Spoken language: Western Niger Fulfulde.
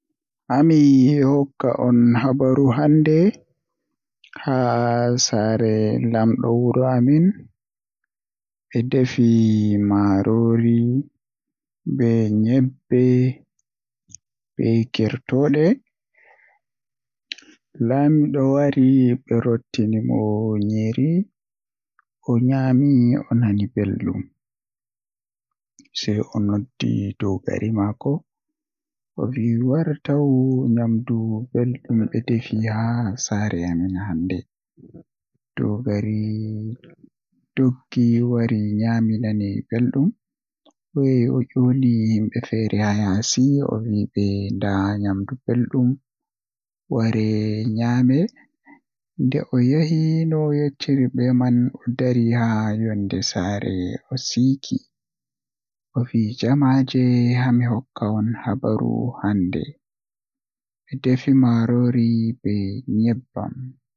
Hami hokka on habaru hande haa sare lamɗo wuro amin. Ɓe defi maarori be byabbam be gertooɗe Lamiɗo wari ɓe rottani mo nyiri sei o nyami o nani belɗum o noddi dogari maako o vi wari tawi nyamdu belɗum ɓe defi haa sare amin dogari nyaami nani belɗum sei o doggi o yahi yaasi o weeɓe nda nyamdu belɗum ware nyame. Nde o yahi no o yecciribe man o dari haa yondé saare o siiki, owee jamaje hami hokka on habaru Hande ɓe defi marori be nebbam.